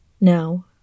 Now